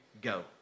go